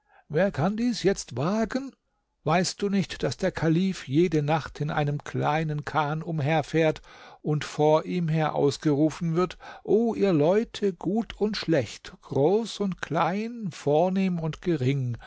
wer kann dies jetzt wagen weißt du nicht daß der kalif jede nacht in einem kleine kahn umherfährt und vor ihm her ausgerufen wird o ihr leute gut und schlecht groß und klein vornehm und gering